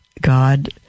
God